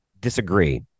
disagree